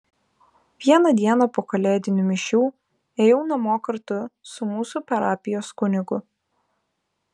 vieną dieną po kalėdinių mišių ėjau namo kartu su mūsų parapijos kunigu